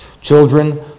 Children